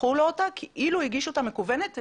פתחו לו אותה כאילו הגיש אותה מקוונת.